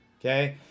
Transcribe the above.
okay